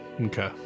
Okay